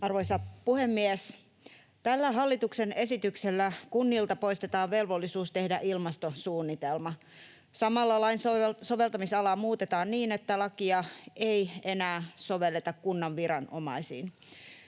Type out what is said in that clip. Arvoisa puhemies! Tällä hallituksen esityksellä kunnilta poistetaan velvollisuus tehdä ilmastosuunnitelma. Samalla lain soveltamisalaa muutetaan niin, että lakia ei enää sovelleta kunnan viranomaisiin.